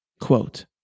Quote